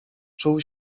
czuł